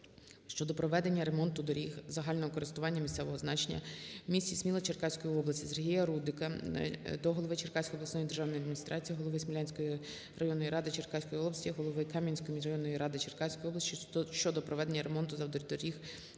щодо проведення ремонту автодоріг загального користування місцевого значення в місті Сміла Черкаської області. Сергія Рудика до голови Черкаської обласної державної адміністрації, голови Смілянської районної ради Черкаської області, голови Кам'янської районної ради Черкаської області щодо проведення ремонту автодоріг